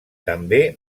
també